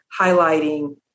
highlighting